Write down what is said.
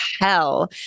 hell